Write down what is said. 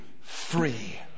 free